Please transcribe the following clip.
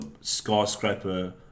skyscraper